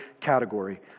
category—